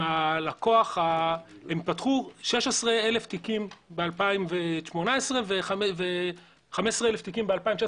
הם פתחו 16,000 תיקים ב-,2018 ו-15,000 תיקים ב-2019,